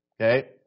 Okay